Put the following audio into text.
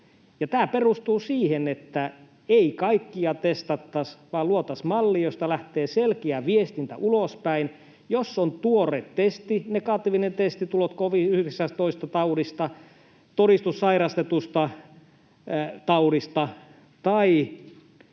tämä perustuu siihen, että ei kaikkia testattaisi, vaan luotaisiin malli, josta lähtee selkeä viestintä ulospäin: jos on tuore testi, negatiivinen testitulos covid-19-taudista, todistus sairastetusta taudista tai